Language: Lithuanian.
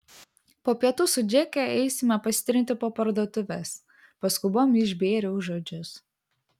po pietų su džeke eisime pasitrinti po parduotuves paskubom išbėriau žodžius